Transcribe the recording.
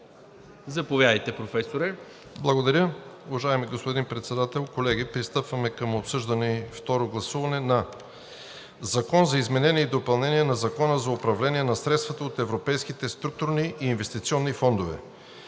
РУМЕН ГЕЧЕВ: Благодаря. Уважаеми господин Председател, колеги! Пристъпваме към обсъждане и второ гласуване на Закона за изменение и допълнение на Закона за управление на средствата от Европейските структурни и инвестиционни фондове.